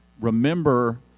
remember